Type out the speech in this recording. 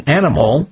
animal